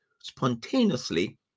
spontaneously